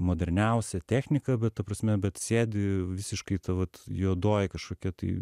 moderniausia technika bet ta prasme bet sėdi visiškai ta vat juodoji kažkokia tai